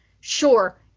sure